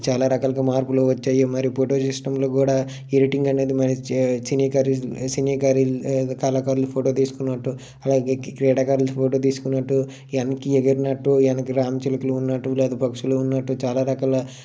చాలా రకాలుగా మార్పులు వచ్చాయి మరియు ఫోటో సిస్టమ్లో కూడా ఎడిటింగ్ అనేది మరి సినీ కలి సినీ కలి సినీ కళాకారులు ఫోటో తీసుకున్నట్టు అలాగే క్రీడాకారులు ఫోటో తీసుకున్నట్టు వెనక్కి ఎగిరినట్టు వెనుక రామచిలుకలు ఉన్నట్టు లేదా పక్షులు ఉన్నట్టు చాలా రకాల